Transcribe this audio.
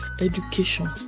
education